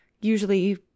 usually